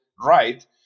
right